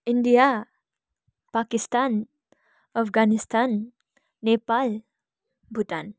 India Pakistan Afghanistan Nepal Bhutan